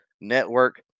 Network